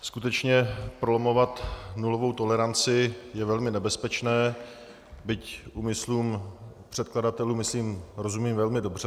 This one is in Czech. Skutečně, prolamovat nulovou toleranci je velmi nebezpečné, byť úmyslům předkladatelů, myslím, rozumím velmi dobře.